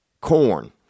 Corn